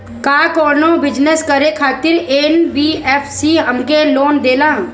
का कौनो बिजनस करे खातिर एन.बी.एफ.सी हमके लोन देला?